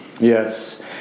Yes